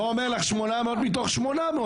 אני לא אומר לך 800 מתוך 800,